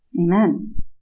Amen